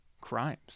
Crimes